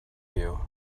you